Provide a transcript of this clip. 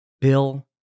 Bill